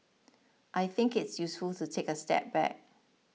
I think it's useful to take a step back